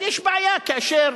אבל יש בעיה כאשר